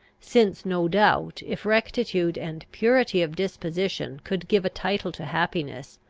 since, no doubt, if rectitude and purity of disposition could give a title to happiness,